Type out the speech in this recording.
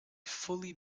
fully